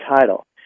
title